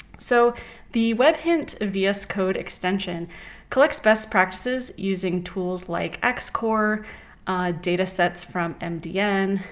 so the webhint vs code extension collects best practices using tools like and xcore, datasets from mdn,